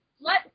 let